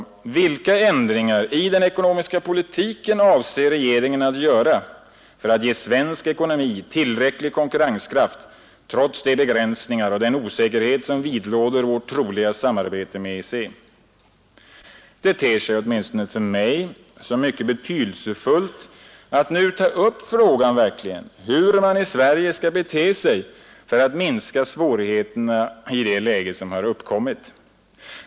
Vilka ändringar i den ekonomiska politiken avser regeringen att göra för att ge svensk ekonomi tillräcklig konkurrenskraft trots de begränsningar och den osäkerhet som vidlåder vårt troliga samarbete med EEC? Det ter sig åtminstone för mig som mycket betydelsefullt att nu ta upp frågan hur man i Sverige skall bete sig för att minska svårigheterna i det läge som uppkommit.